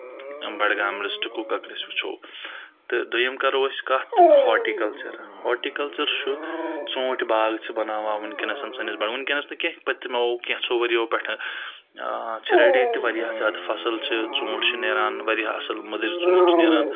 بَڈگام ڈِسٹرکُک کَکرس وٕچھو تہٕ دٔوٚیِم کَرو أسۍ کتھ ہاٹِکَلچَر ہاٹِکَلچَر چھُ ژوٗنٛٹھۍ باغ چھِ بناوان وٕنکؠنَسَن سٲنِس بَڑٕ وٕنکؠنَس نہٕ کینٛہہ پَتہٕ تہِ مو کینٛژھو ؤریو پؠٹھ چھِ ریڈی تہِ واریاہ زیادٕ فصٕل چھِ ژوٗنٛٹھۍ چھِ نیران واریاہ اَصٕل مٔدٕرۍ ژوٗنٛٹھۍ چھِ نیران